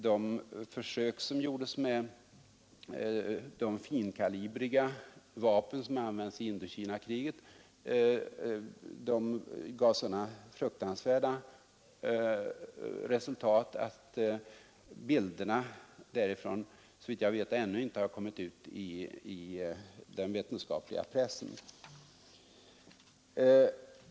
De försök som gjordes med de finkalibriga vapen som används i Indokinakriget gav sådana fruktansvärda resultat att bilderna därifrån såvitt jag vet ännu inte kommit ut i den vetenskapliga pressen.